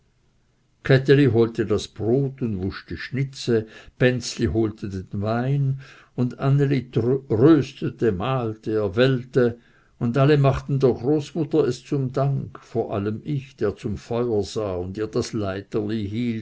kätheli holte das brot und wusch die schnitze benzli holte den wein und anneli röstete mahlte erwellte und alle machten der großmutter es zum dank vor allem ich der zum feuer sah und ihr das leiterli